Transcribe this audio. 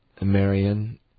Marion